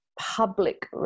public